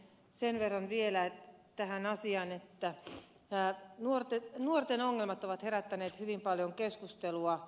sen verran vielä tähän asiaan että nuorten ongelmat ovat herättäneet hyvin paljon keskustelua